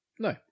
No